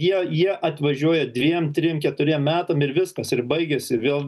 jie jie atvažiuoja dviem trim keturiem metam ir viskas ir baigiasi vėl